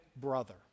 brother